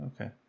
okay